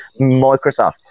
Microsoft